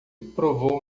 provou